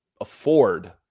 afford